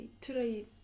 today